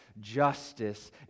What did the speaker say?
justice